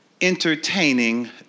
entertaining